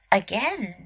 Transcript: again